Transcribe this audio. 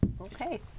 Okay